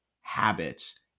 habits